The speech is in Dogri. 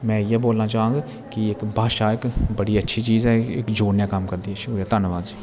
मै इ'यै बोलना चाहंग की भाशा इक बड़ी अच्छी चीज़ ऐ जोड़ने दा कम्म करदी ऐ धन्यबाद जी